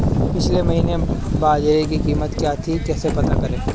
पिछले महीने बाजरे की कीमत क्या थी कैसे पता करें?